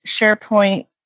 SharePoint